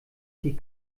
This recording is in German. die